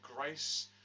grace